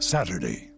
Saturday